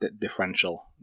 differential